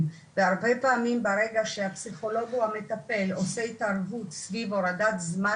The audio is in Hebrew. והרבה פעמים ברגע שהפסיכולוג או המטפל עושה התערבות סביב הורדת זמן